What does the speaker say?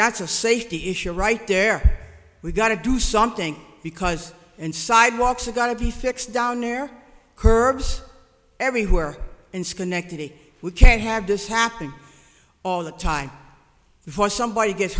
that's a safety issue right there we've got to do something because and sidewalks are gonna be fixed down there curbs everywhere in schenectady we can't have this happening all the time before somebody gets